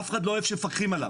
אף אחד לא אוהב שמפקחים עליו.